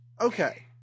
okay